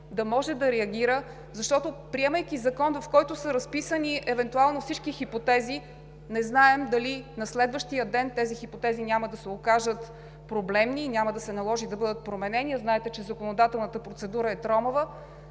да може да реагира. Защото, приемайки закон, в който са разписани евентуално всички хипотези, не знаем дали на следващия ден тези хипотези няма да се окажат проблемни и няма да се наложи да бъдат променени, а знаете, че законодателната процедура е тромава.